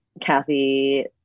kathy